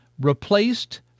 replaced